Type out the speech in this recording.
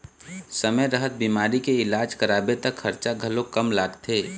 समे रहत बिमारी के इलाज कराबे त खरचा घलोक कम लागथे